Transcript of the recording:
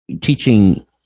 teaching